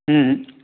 हूं हूं